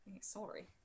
Sorry